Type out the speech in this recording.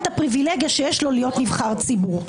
הפריבילגיה שיש לו להיות נבחר ציבור.